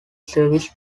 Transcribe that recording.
service